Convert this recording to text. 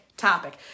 topic